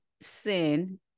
sin